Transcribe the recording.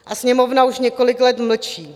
A Sněmovna už několik let mlčí.